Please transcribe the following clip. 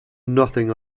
nothing